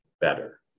better